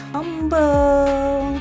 Humble